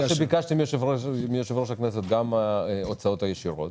כמו שביקשתי מיושב-ראש הכנסת גם הוצאות ישירות